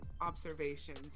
observations